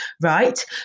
right